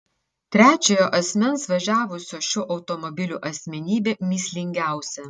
trečiojo asmens važiavusio šiuo automobiliu asmenybė mįslingiausia